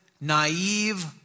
naive